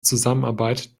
zusammenarbeit